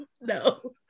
no